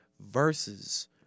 versus